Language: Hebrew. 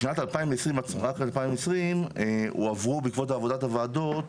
בשנת 2020 הועברו בעקבות עבודת הוועדות